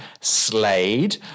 Slade